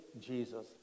Jesus